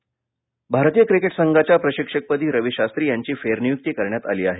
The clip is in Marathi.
रवी शास्त्री भारतीय क्रिकेट संघाच्या प्रशिक्षकपदी रवी शास्त्री यांची फेरनियुक्ती करण्यात आली आहे